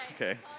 Okay